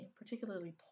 particularly